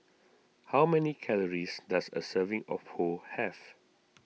how many calories does a serving of Pho have